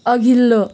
अघिल्लो